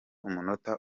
umunota